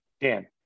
Dan